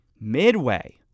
Midway